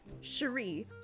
Cherie